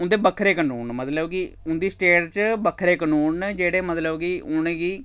उं'दे बक्खरे कनून मतलब कि उंं'दी स्टेट च बक्खरे कनून न जेह्ड़े मतलब कि उ'नेंगी